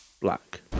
black